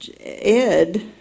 Ed